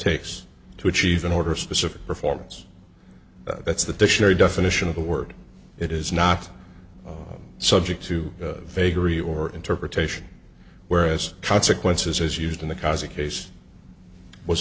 takes to achieve an order specific performance that's the dictionary definition of the word it is not subject to vagary or interpretation whereas consequences as used in the